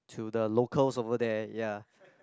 to the locals over there ya